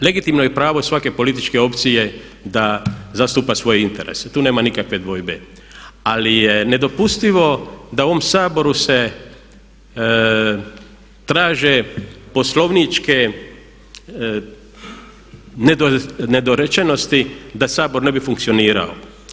Legitimno je pravo svake političke opcije da zastupa svoje interese, tu nema nikakve dvojbe ali je nedopustivo da u ovom Saboru se traže poslovničke nedorečenosti da Sabor ne bi funkcionirao.